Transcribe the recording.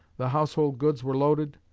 the household goods were loaded,